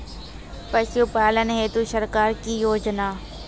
पशुपालन हेतु सरकार की योजना?